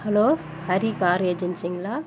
hello Hari car ஏஜென்சிங்களா